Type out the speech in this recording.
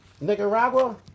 Nicaragua